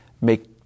make